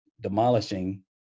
demolishing